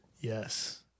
Yes